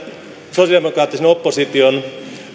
sosialidemokraattisen opposition